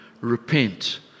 Repent